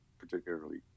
particularly